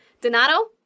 Donato